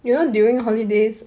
you know during holidays